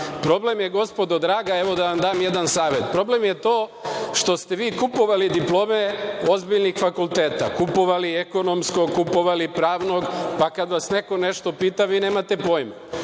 vama. Problem je, gospodo draga, da vam dam jedan savet, problem je to što ste vi kupovali diplome ozbiljnih fakulteta, kupovali ekonomskog, kupovali Pravnog, pa kada vas neko nešto pita, vi nemate